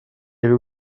avait